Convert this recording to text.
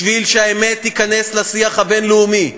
בשביל שהאמת תיכנס לשיח הבין-לאומי.